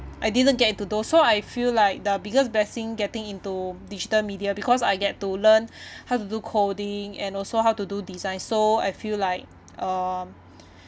I didn't get into those so I feel like the biggest blessing getting into digital media because I get to learn how to do coding and also how to do design so I feel like um